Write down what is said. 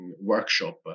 workshop